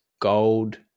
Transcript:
gold